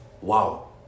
Wow